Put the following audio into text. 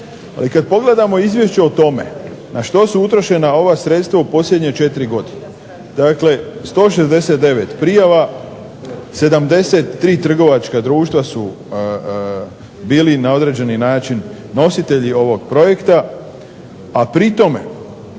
Kada pogledamo izvješće o tome na što su utrošena ova sredstva u posljednje četiri godine, dakle 169 prijava, 73 trgovačka društva su bili na određeni način nositelji ovog projekta, a pri tome